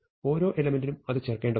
ഓരോ എലെമെന്റിനും അത് ചേർക്കേണ്ടതുണ്ട്